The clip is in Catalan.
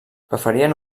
preferien